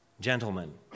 gentlemen